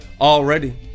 already